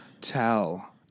Tell